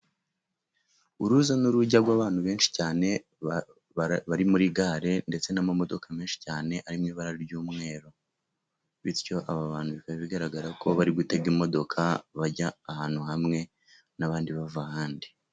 Uruza n'urujya rw'abantu benshi cyane bari muri gare, ndetse n'amamodoka menshi cyane ari mu ibara ry'umweru. Bityo aba bantu bikaba bigaragara ko bari gutega imodoka bajya ahantu hamwe, n'abandi bava ahandi.